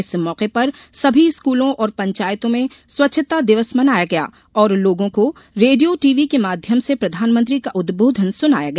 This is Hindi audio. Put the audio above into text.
इस मौके पर सभी स्कूलों और पंचायतों में स्वच्छता दिवस मनाया गया और लोगों को रेडियोटीवी के माध्यम से प्रधानमंत्री का उदबोधन सुनाया गया